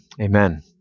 Amen